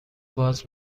باز